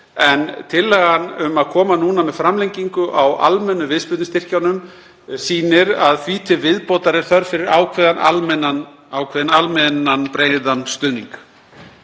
en tillagan um að koma núna með framlengingu á almennu viðspyrnustyrkjunum sýnir að því til viðbótar er þörf fyrir ákveðinn almennan breiðan stuðning.